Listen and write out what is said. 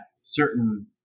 certain